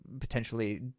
potentially